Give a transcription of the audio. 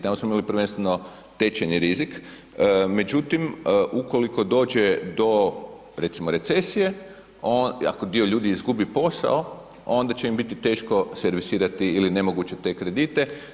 Tamo smo imali prvenstveno tečajni rizik, međutim ukoliko dođe do, recimo recesije, ako dio ljudi izgubi posao, ona će im biti teško servisirati ili nemoguće te kredite.